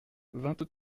vingt